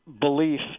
belief